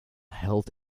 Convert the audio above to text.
held